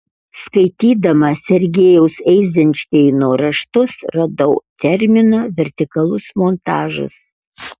skaitydama sergejaus eizenšteino raštus radau terminą vertikalus montažas